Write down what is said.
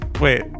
Wait